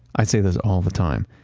i say this all the time.